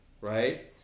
right